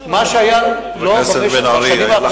מה שהיה במשך שנים.